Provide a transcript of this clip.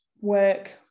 work